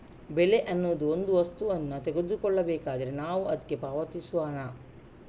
ಬೆಲೆ ಅನ್ನುದು ಒಂದು ವಸ್ತುವನ್ನ ತಗೊಳ್ಬೇಕಾದ್ರೆ ನಾವು ಅದ್ಕೆ ಪಾವತಿಸುವ ಹಣ